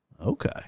Okay